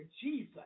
Jesus